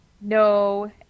No